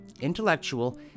intellectual